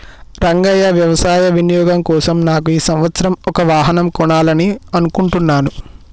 రంగయ్య వ్యవసాయ వినియోగం కోసం నాకు ఈ సంవత్సరం ఒక వాహనం కొనాలని అనుకుంటున్నాను